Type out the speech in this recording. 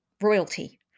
royalty